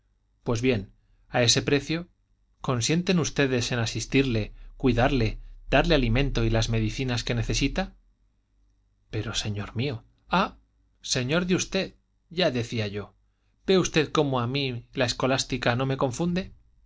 pues bien a ese precio consienten ustedes en asistirle cuidarle darle el alimento y las medicinas que necesita pero señor mío ah señor de usted ya decía yo ve usted como a mí la escolástica no me confunde